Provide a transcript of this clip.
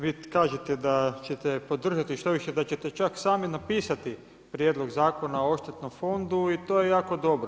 Vi kažete da ćete podržati, štoviše da ćete čak sami napisati Prijedlog zakona o oštetnom fondu, i to je jako dobro.